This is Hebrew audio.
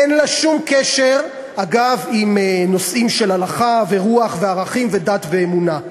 אין לה שום קשר עם נושאים של הלכה ורוח וערכים ודת ואמונה.